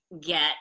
get